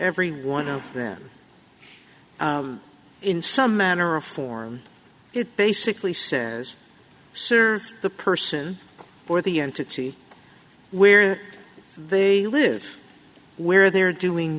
every one of them in some manner or form it basically says serve the person or the entity where they live where they're doing